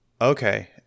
okay